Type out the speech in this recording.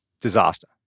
disaster